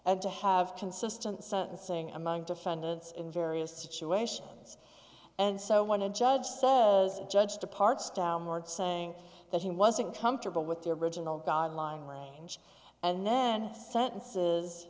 and to have consistent saying among defendants in various situations and so when a judge such as judge departs downward saying that he wasn't comfortable with the original guideline range and then sentences